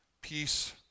peace